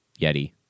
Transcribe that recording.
Yeti